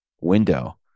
window